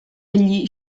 gli